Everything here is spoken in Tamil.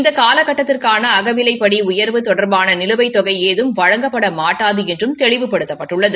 இந்த கால கட்டத்திற்கான அகவிலைப்படி உயர்வு தொடர்பான நிலுவைத் தொகை ஏதும் வழங்கப்பட மாட்டாது என்றும் தெளிவுபடுத்தப்பட்டுள்ளது